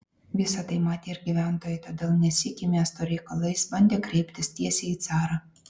visa tai matė ir gyventojai todėl ne sykį miesto reikalais bandė kreiptis tiesiai į carą